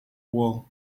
world